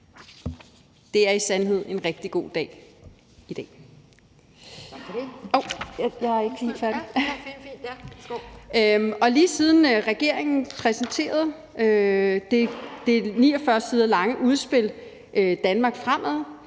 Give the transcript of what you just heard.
Det er i sandhed en rigtig god dag i dag.